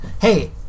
Hey